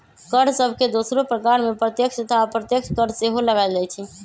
कर सभके दोसरो प्रकार में प्रत्यक्ष तथा अप्रत्यक्ष कर सेहो लगाएल जाइ छइ